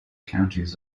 counties